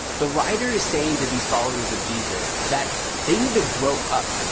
the writer is saying to these followers of jesus that they need to grow up.